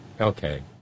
Okay